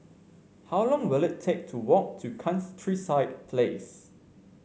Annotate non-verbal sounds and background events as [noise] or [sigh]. how long will it take to walk to [unintelligible] Place